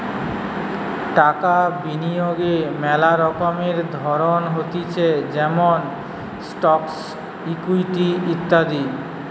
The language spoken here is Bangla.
টাকা বিনিয়োগের মেলা রকমের ধরণ হতিছে যেমন স্টকস, ইকুইটি ইত্যাদি